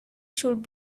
should